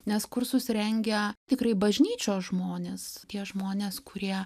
nes kursus rengia tikrai bažnyčios žmonės tie žmonės kurie